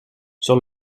sur